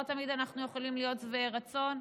לא תמיד אנחנו יכולים להיות שבעי רצון,